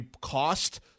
cost